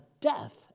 death